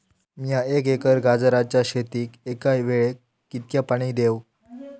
मीया एक एकर गाजराच्या शेतीक एका वेळेक कितक्या पाणी देव?